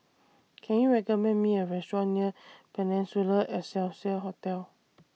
Can YOU recommend Me A Restaurant near Peninsula Excelsior Hotel